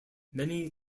many